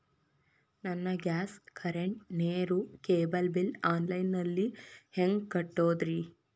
ನನ್ನ gas, current, ನೇರು, cable bill online ನಲ್ಲಿ ಹೆಂಗ್ ಕಟ್ಟೋದ್ರಿ?